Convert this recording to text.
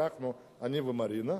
ברחנו אני ומרינה.